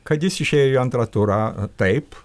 kad jis išėjo į antrą turą taip